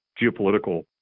geopolitical